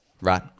right